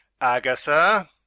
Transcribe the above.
Agatha